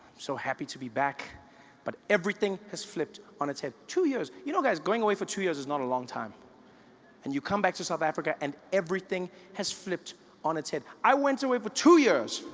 so happy to be back but everything has flipped on it's head two years, you know guys going away for two years is not a long time and you come back to south africa and everything has flipped on it's head i went away for two years,